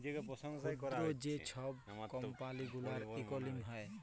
ক্ষুদ্র যে ছব কম্পালি গুলার ইকলমিক্স হ্যয়